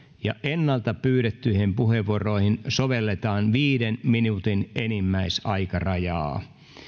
ja ennalta pyydettyihin puheenvuoroihin sovelletaan viiden minuutin enimmäisaikarajaa